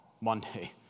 Monday